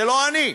זה לא אני.